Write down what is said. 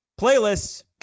Playlists